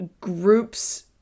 groups